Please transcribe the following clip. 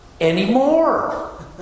anymore